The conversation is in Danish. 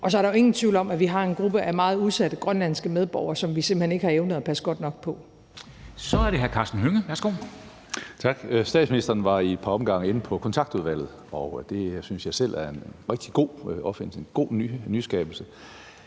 og så er der jo ingen tvivl om, at vi har en gruppe af meget udsatte grønlandske medborgere, som vi simpelt hen ikke har evnet at passe godt nok på. Kl. 10:14 Formanden (Henrik Dam Kristensen): Så er det hr. Karsten Hønge. Værsgo. Kl. 10:14 Karsten Hønge (SF): Tak. Statsministeren var ad et par omgange inde på Kontaktudvalget, og det synes jeg selv er en rigtig god opfindelse, en god nyskabelse.